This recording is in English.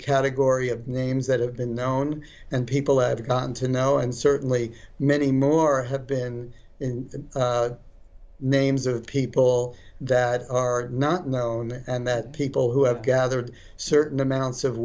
category of names that have been known and people had gone to know and certainly many more have been in the names of people that are not known and met people who have gathered certain amounts of